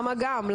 למה גם?